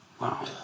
Wow